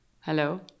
Hello